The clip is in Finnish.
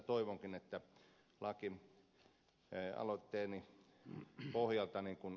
toivonkin että sitä lakialoitteeni pohjalta tarkistellaan